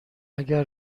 اگر